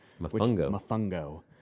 Mafungo